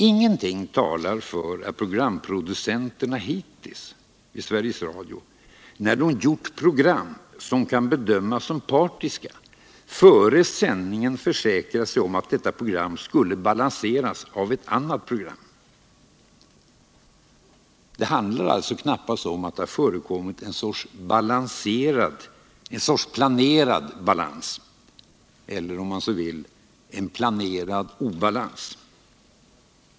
Ingenting talar för att programproducenterna i Sveriges Radio hittills, när de gjort program som kan bedömas som partiska, före sändningen försäkrat sig om att detta program skulle balanseras av ett annat program. Det handlar alltså knappast om att det har förekommit en sorts planerad balans eller — om man så vill — en planerad partiskhet.